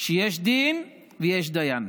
שיש דין ויש דיין,